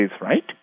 right